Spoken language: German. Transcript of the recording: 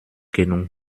genug